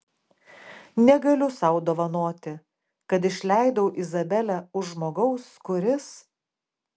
negaliu sau dovanoti kad išleidau izabelę už žmogaus kuris